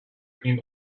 این